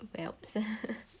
well